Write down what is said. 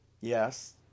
Yes